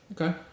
Okay